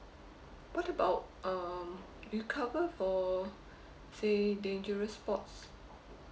what about um do you cover for say dangerous sports